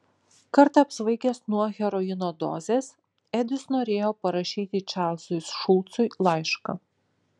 kartą apsvaigęs nuo heroino dozės edis norėjo parašyti čarlzui šulcui laišką